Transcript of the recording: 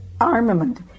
armament